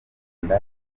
wenda